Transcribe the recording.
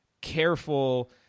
careful